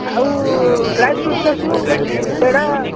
ଆଉ dry sweets ଆସିବ ପେଡ଼ା